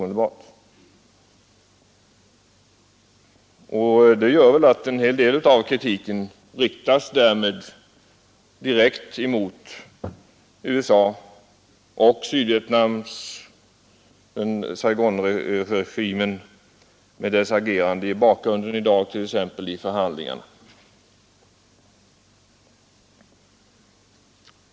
En stor del av kritiken riktas därmed direkt mot USA och mot Saigonregimen i Sydvietnam med dess agerande i bakgrunden i samband med förhandlingarna.